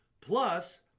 plus